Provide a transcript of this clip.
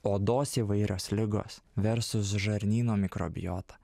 odos įvairios ligos versus žarnyno mikrobiota